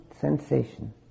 sensation